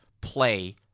play